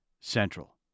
Central